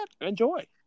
Enjoy